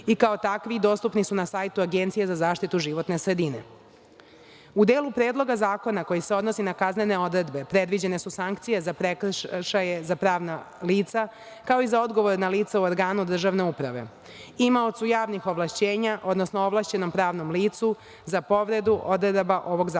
i kao takvi dostupni su na sajtu Agencije za zaštitu životne sredine.U delu Predloga zakona koji se odnosi na kaznene odredbe predviđene su sankcije za prekršaje za pravna lica, kao i za odgovorna lica u organu državne uprave, imaocu javnih ovlašćenja, odnosno ovlašćenom pravnom licu, za povredu odredaba ovog zakona.